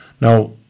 Now